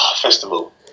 Festival